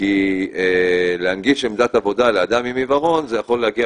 כי להנגיש עמדת עבודה לאדם עם עיוורון זה יכול להגיע